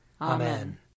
Amen